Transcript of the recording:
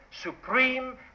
supreme